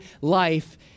life